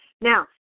now